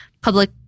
public